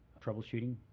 troubleshooting